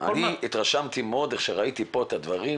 אני התרשמתי מאוד כפי שראיתי כאן את הדברים